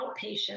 outpatient